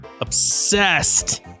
obsessed